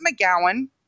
McGowan